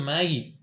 Maggie